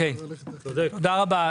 תודה רבה.